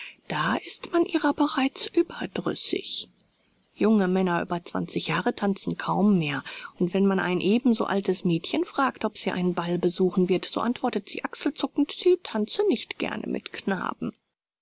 da ist man ihrer bereits überdrüssig junge männer über zwanzig jahre tanzen kaum mehr und wenn man ein ebenso altes mädchen fragt ob sie einen ball besuchen wird so antwortet sie achselzuckend sie tanze nicht gerne mit knaben